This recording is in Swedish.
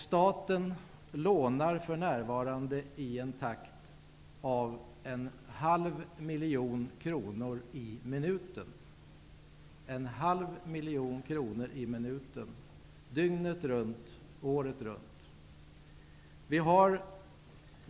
Staten lånar för närvarande i en takt av en halv miljon kronor i minuten dygnet runt, året runt.